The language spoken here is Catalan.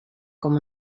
com